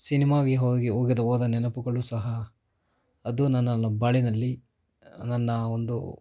ಸಿನಿಮಾಗೆ ಹೋಗಿ ಹೋಗದ ಹೋದ ನೆನಪುಗಳು ಸಹ ಅದು ನನ್ನ ಬಾಳಿನಲ್ಲಿ ನನ್ನ ಒಂದು